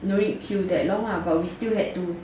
no need tot queue that long ah but we still have to